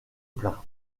plein